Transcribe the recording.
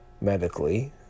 medically